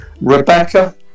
Rebecca